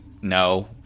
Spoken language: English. no